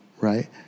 right